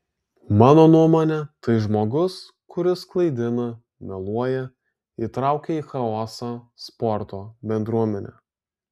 mano nuomone tai žmogus kuris klaidina meluoja įtraukia į chaosą sporto bendruomenę